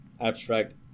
abstract